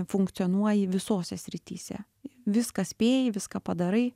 funkcionuoji visose srityse viską spėji viską padarai